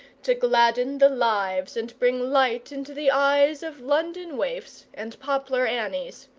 to gladden the lives and bring light into the eyes of london waifs and poplar annies.